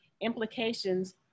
implications